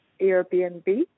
Airbnb